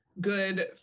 good